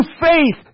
faith